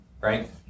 right